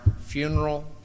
funeral